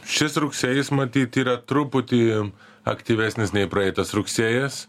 šis rugsėjis matyt yra truputį aktyvesnis nei praeitas rugsėjis